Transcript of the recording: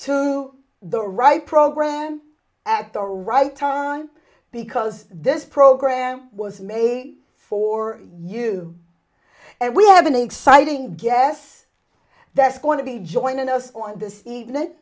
to the right program at the right time because this program was made for you and we have an exciting guess that's going to be joining us this evening